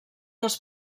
dels